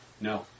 No